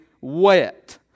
wet